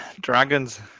dragons